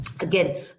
Again